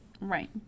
Right